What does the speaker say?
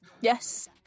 Yes